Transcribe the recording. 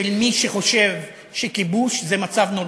של מי שחושב שכיבוש זה מצב נורמטיבי.